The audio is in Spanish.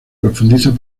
profundiza